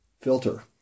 filter